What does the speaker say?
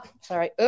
sorry